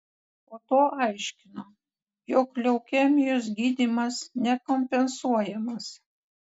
po to aiškino jog leukemijos gydymas nekompensuojamas